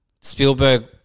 Spielberg